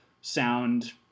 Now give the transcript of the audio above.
sound